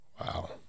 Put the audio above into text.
Wow